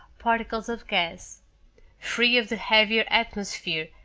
particles of gas free of the heavier atmosphere,